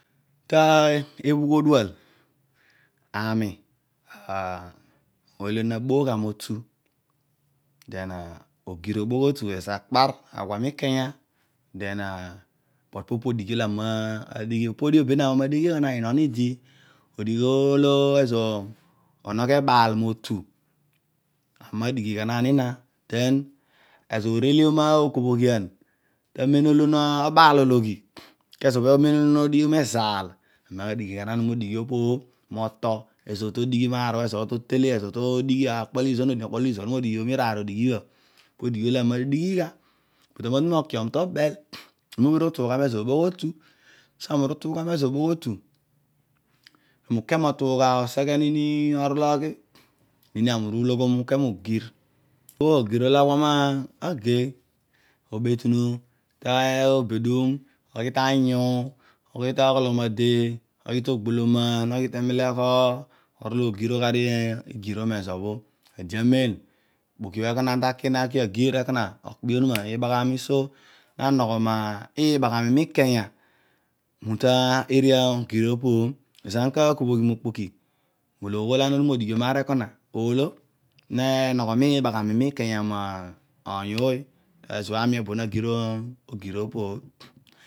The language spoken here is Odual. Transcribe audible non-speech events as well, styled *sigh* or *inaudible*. Ta ebhugh odual ami unintelligeable a ooy olo na bugh gha motu den ogir obugh otu eza akpar, aghua mi kanga den, kedio opo odighi olo ami na dighi, opo dio be bho ami ma dighigha na, inom idi odighi olo ezo onogho labaal noter, ama dighi gha gha ni na den ezo ovelion na vokoobhoghian ta men olo bho no baal ologhi kezo olo no dighi anch mezaal, ami na dighi gha ghalmodighi opo bho no oto, mezo to digh! Maar, mezó to totele meze to digh *hesitation* mezu to totele, ok, po olo izuan nodighi no ọkpọ zuan io modighi, onaa lraar ari idighi ibha bho pa ariiidighi olo ami na dighii gha kedio ami natu mokion tobel ami ubhira utuugha mezo obogh otu, so, ani utaugha mezo obogh otu, pami uke motungha oseghe nini orol ogh, nini am. uru loghom ike aghua gir, obho ogir olo magine, mobetunu awe obedum oghi ta anyy, ogh to okolomade, ogh, to ogboloma, oghi te emelego orol ogirogh aro girobha mezo bho, ede amen ikpoki ana takina kug agir, okpe onuma ibaghani so na nogho ma tbaghami mikanya mitu aria ogir opo bho, ezo ulo ama ka kobhogh, mokpoki molo aghol, oghor ana natu modighiom maar ekona olo, ne nogho mikanya ibaghami mo oony oony kezo bham, obo bho na gir, ogir opo bho.